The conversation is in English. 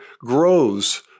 grows